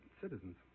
citizens